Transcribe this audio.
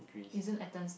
isn't Athens